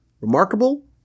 remarkable